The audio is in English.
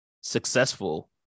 successful